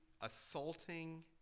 assaulting